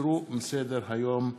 הוסרו מסדר-היום.